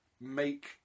make